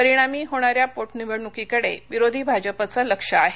परिणामी होणाऱ्या पोटनिवडणूकीकडे विरोधी भाजपाचं लक्षं आहे